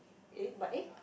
eh but eh